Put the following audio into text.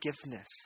forgiveness